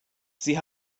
sie